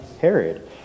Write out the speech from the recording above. Herod